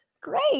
Great